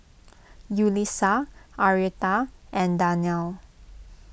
Yulisa Arietta and Darnell